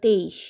তেইশ